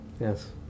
yes